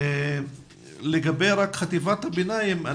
לגבי חטיבת הביניים,